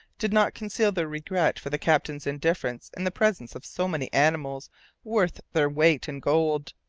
did not conceal their regret for the captain's indifference in the presence of so many animals worth their weight in gold,